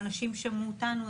ואנשים שמעו אותנו.